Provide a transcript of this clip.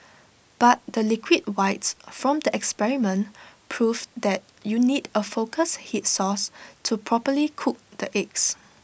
but the liquid whites from the experiment proved that you need A focused heat source to properly cook the eggs